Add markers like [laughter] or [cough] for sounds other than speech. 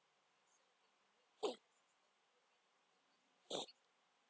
[breath]